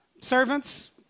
Servants